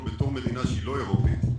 מדינה שהיא לא אירופית,